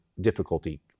difficulty